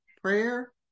prayer